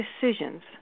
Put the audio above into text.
decisions